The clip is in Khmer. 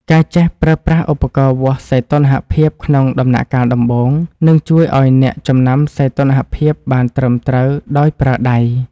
ការចេះប្រើប្រាស់ឧបករណ៍វាស់សីតុណ្ហភាពក្នុងដំណាក់កាលដំបូង នឹងជួយឱ្យអ្នកចំណាំសីតុណ្ហភាពបានត្រឹមត្រូវដោយប្រើដៃ។